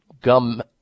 gum